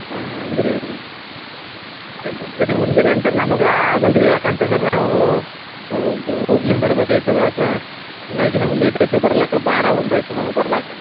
ಹಾಂ ಹಂಗೆ ರೀ ಮುಂಜಾನೆಯಂತೆ ನಮಗೆ ಆಗಲ್ರಿ ಯಾಕಂತಂದ್ರ ನಾವು ದುರ್ಲಿಂದ ಬರ್ಬೆಕು ಅಯ್ತದ ತ ಹಾಗಾಗಿ ನಾವು ಲೇಟ್ ಅಯ್ತು ಬರ್ಲಕ ಬಾರ ಒಂದು ಅಯ್ತು ನಮಗೆ ಬರ್ಲಕ